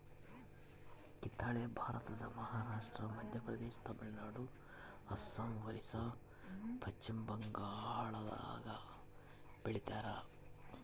ಕಿತ್ತಳೆ ಭಾರತದ ಮಹಾರಾಷ್ಟ್ರ ಮಧ್ಯಪ್ರದೇಶ ತಮಿಳುನಾಡು ಅಸ್ಸಾಂ ಒರಿಸ್ಸಾ ಪಚ್ಚಿಮಬಂಗಾಳದಾಗ ಬೆಳಿತಾರ